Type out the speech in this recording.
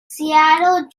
seattle